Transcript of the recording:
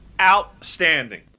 Outstanding